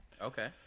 Okay